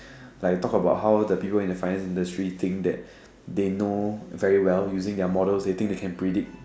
like you talk about how the people in the financial industry think that they know very well using their models they think they can predict